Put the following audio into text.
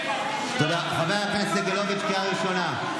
חבר הכנסת סגלוביץ', קריאה ראשונה.